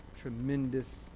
tremendous